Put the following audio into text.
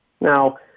Now